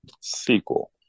sequel